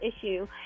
issue